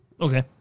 Okay